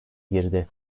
girdi